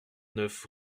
neuf